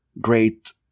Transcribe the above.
great